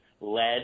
led